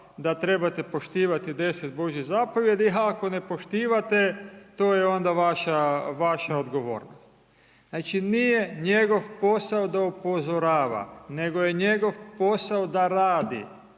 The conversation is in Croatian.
da trebate poštivati 10 Božjih zapovjedi a ako ih ne poštivate to je onda vaša odgovornost. Znači nije njegov posao da upozorava nego je njegov posao da radi,